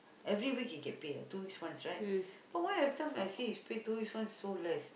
every week he get pay ah two weeks once right but why everytime I see his pay two weeks once is so less